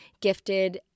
gifted